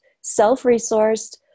self-resourced